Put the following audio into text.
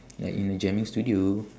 like in a jamming studio